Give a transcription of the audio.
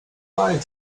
lied